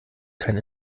kein